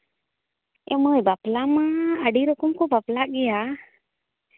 ᱮ ᱢᱟᱹᱭ ᱵᱟᱯᱞᱟ ᱢᱟ ᱟᱹᱰᱤ ᱨᱚᱠᱚᱢ ᱠᱚ ᱵᱟᱯᱞᱟᱜ ᱜᱮᱭᱟ